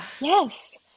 Yes